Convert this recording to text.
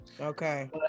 okay